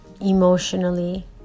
emotionally